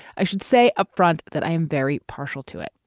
i should say upfront that i am very partial to it.